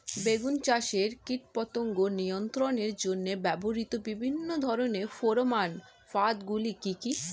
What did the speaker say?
বেগুন চাষে কীটপতঙ্গ নিয়ন্ত্রণের জন্য ব্যবহৃত বিভিন্ন ধরনের ফেরোমান ফাঁদ গুলি কি কি?